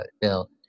Bill